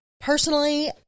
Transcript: Personally